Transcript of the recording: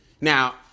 Now